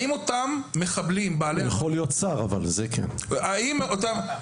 אבל כן יכול להיות שר.